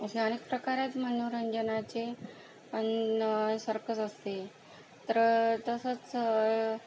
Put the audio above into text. असे अनेक प्रकारात मनोरंजनाचे आणि सर्कस असते तर तसंच